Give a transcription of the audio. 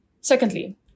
Secondly